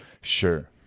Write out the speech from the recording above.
Sure